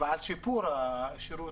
ועל שיפור השירות,